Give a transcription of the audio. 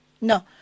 No